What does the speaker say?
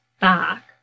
back